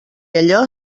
allò